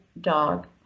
dog